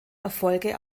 erfolge